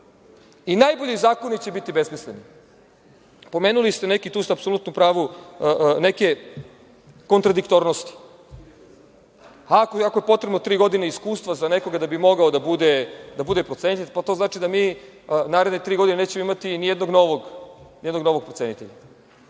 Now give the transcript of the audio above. i najbolji zakoni će biti besmisleni. Pomenuli ste neki, tu ste apsolutno u pravu, neke kontradiktornosti. Ako je potrebno tri godine iskustva za nekoga da bi mogao da bude procenitelj, pa to znači da mi naredne tri godine nećemo imati nijednog novog procenitelja. Ako